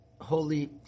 holy